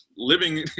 living